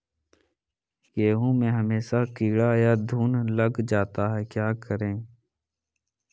गेंहू में हमेसा कीड़ा या घुन लग जाता है क्या करें?